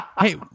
Hey